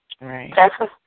Right